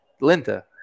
Linda